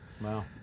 Wow